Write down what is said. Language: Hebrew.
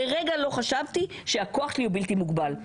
לרגע לא חשבתי שהכוח שלי הוא בלתי מוגבל.